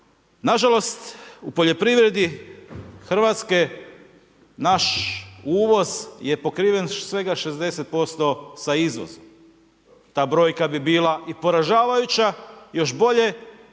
Nažalost, poljoprivreda Hrvatske, naš uvoz je pokriven svega 60% sa izvozom. Ta brojka bi bila i poražavajuća, još bolje,